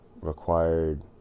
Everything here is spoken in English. required